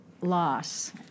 loss